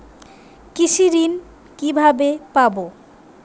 কৃষি ঋন কিভাবে পাব?